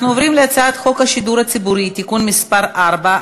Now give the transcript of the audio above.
אנחנו עוברים להצעת חוק השידור הציבורי הישראלי (תיקון מס' 4),